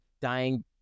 dying